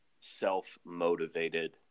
self-motivated